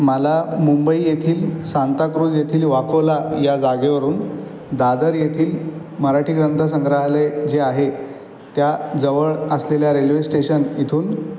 मला मुंबई येथील सांताक्रूझ येथील वाकोला या जागेवरून दादर येथील मराठी ग्रंथसंग्रहालय जे आहे त्या जवळ असलेल्या रेल्वेस्टेशन इथून